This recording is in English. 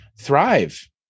thrive